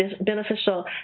beneficial